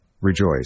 rejoice